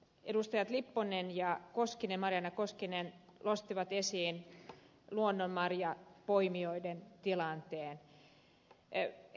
edustajat lipponen ja marjaana koskinen nostivat esiin luonnonmarjapoimijoiden tilanteen